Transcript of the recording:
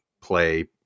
play